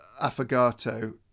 Affogato